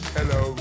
Hello